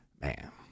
man